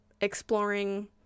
exploring